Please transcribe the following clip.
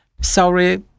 sorry